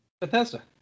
Bethesda